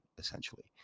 essentially